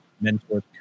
mentor